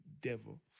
devil